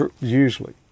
Usually